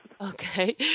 Okay